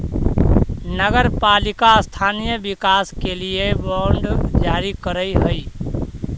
नगर पालिका स्थानीय विकास के लिए बांड जारी करऽ हई